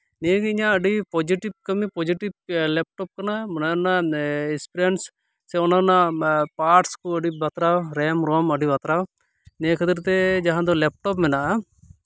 ᱱᱤᱭᱟᱹ ᱜᱮ ᱤᱧᱟᱹᱜ ᱟᱹᱰᱤ ᱯᱚᱡᱮᱴᱤᱵ ᱠᱟᱹᱢᱤ ᱯᱚᱡᱮᱴᱤᱵ ᱞᱮᱯᱴᱚᱯ ᱠᱟᱱᱟ ᱚᱱᱟ ᱨᱮᱱᱟᱜ ᱤᱱᱥᱯᱨᱮᱱᱥ ᱥᱮ ᱚᱱᱟ ᱨᱮᱱᱟᱜ ᱯᱟᱨᱴᱥ ᱠᱚ ᱟᱹᱰᱤ ᱵᱟᱛᱨᱟᱣ ᱨᱮᱢ ᱨᱚᱢ ᱟᱹᱰᱤ ᱵᱟᱛᱨᱟᱣ ᱱᱤᱭᱟᱹ ᱠᱷᱟᱹᱛᱤᱨ ᱛᱮ ᱡᱟᱦᱟᱸ ᱞᱮᱯᱴᱚᱯ ᱢᱮᱱᱟᱜᱼᱟ